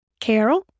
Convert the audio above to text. Carol